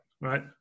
right